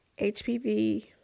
HPV